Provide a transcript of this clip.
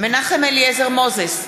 מנחם אליעזר מוזס,